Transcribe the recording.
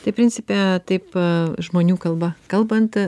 tai principe taip a pat žmonių kalba kalbant a